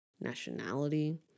nationality